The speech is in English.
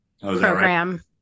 program